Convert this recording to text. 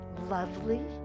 Lovely